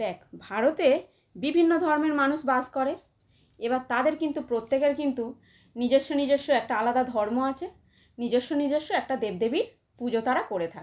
দেখ ভারতে বিভিন্ন ধর্মের মানুষ বাস করে এবার তাদের কিন্তু প্রত্যেকের কিন্তু নিজস্ব নিজস্ব একটা আলাদা ধর্ম আছে নিজস্ব নিজস্ব একটা দেব দেবীর পুজো তারা করে থাকে